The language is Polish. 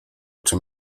czym